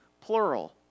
plural